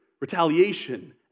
retaliation